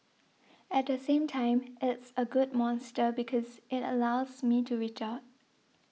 at the same time it's a good monster because it allows me to reach out